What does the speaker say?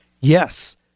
Yes